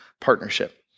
partnership